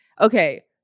okay